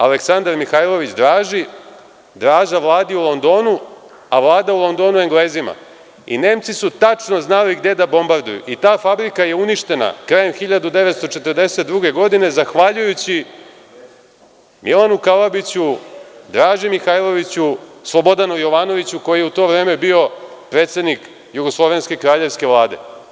Aleksandar Mihajlović Draži, Draža Vladi u Londonu, a Vlada u Londonu Englezima i Nemci su tačno znali gde da bombarduju i ta fabrika je uništena krajem 1942. godine zahvaljujući Milanu Kalabiću, Draži Mihajloviću, Slobodanu Jovanoviću, koji je u to vreme bio predsednik Jugoslovenske Kraljevske Vlade.